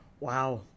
Wow